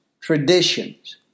traditions